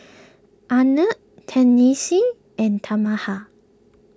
Arnett Tennessee and Tamatha